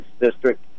district